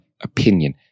opinion